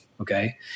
Okay